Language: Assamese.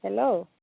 হেল্ল'